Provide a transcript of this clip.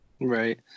Right